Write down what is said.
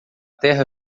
terra